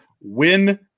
win